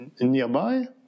nearby